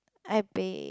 I pay